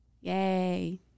Yay